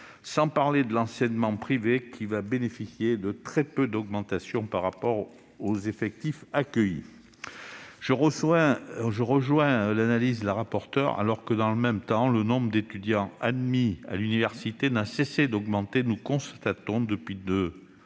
Sans parler de l'enseignement privé, qui va bénéficier de très peu d'augmentation par rapport aux effectifs accueillis. Je rejoins l'analyse de Mme le rapporteur : alors que le nombre d'étudiants admis à l'université n'a cessé d'augmenter, nous constatons depuis plusieurs